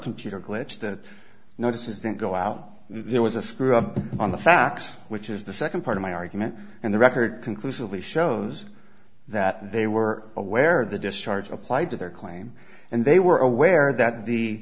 computer glitch that notices didn't go out there was a screw up on the facts which is the second part of my argument and the record conclusively shows that they were aware of the discharge applied to their claim and they were aware that the